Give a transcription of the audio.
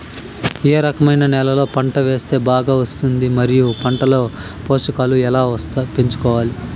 ఏ రకమైన నేలలో పంట వేస్తే బాగా వస్తుంది? మరియు పంట లో పోషకాలు ఎలా పెంచుకోవాలి?